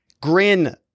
grin